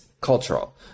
cultural